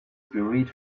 buried